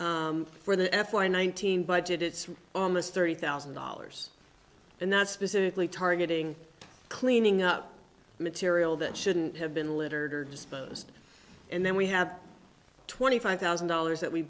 for the f one thousand budget it's almost thirty thousand dollars and that's specifically targeting cleaning up material that shouldn't have been littered or disposed and then we have twenty five thousand dollars that we